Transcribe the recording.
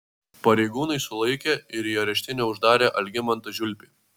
pareigūnai sulaikė ir į areštinę uždarė algimantą žiulpį